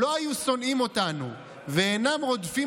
לא היו שונאים אותנו ואינם רודפים